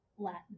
Latin